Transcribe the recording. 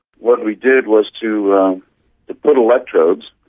what we did was to put electrodes,